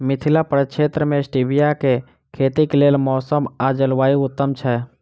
मिथिला प्रक्षेत्र मे स्टीबिया केँ खेतीक लेल मौसम आ जलवायु उत्तम छै?